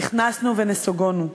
נכנסנו ונסוגונו.